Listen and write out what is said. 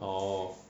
oh